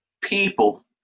people